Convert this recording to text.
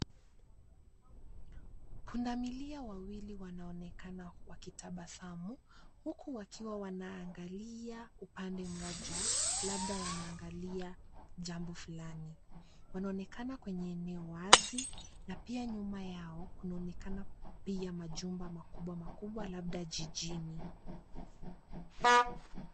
Punda milia wawili wanaonekana wakitabasamu huku wakiwa wanaangalia upande moja labda wanaangalia jambo Fulani. Wanaonekana kwenye eneo wazi na pia nyuma Yao kunaonekana pia majumba makubwa labda jijini.